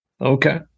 Okay